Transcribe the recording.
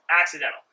accidental